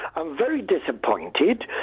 um very disappointed.